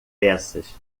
peças